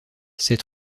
ses